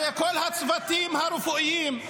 הרי כל הצוותים הרפואיים,